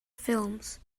films